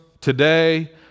today